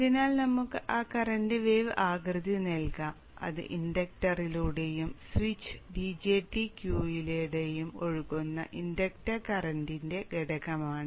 അതിനാൽ നമുക്ക് ആ കറന്റ് വേവ് ആകൃതി നൽകാം അതിനാൽ ഇത് ഇൻഡക്ടറിലൂടെയും സ്വിച്ച് BJT Q ലൂടെയും ഒഴുകുന്ന ഇൻഡക്ടർ കറന്റിന്റെ ഘടകമാണ്